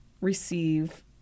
receive